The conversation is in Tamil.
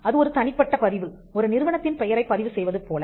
அது ஒரு தனிப்பட்ட பதிவு ஒரு நிறுவனத்தின் பெயரைப் பதிவு செய்வது போல